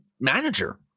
manager